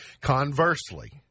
Conversely